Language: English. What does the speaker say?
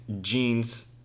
jeans